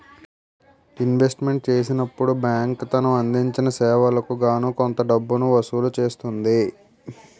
investment చేసినప్పుడు bank తను అందించిన సేవలకు గాను కొంత డబ్బును వసూలు చేస్తుంది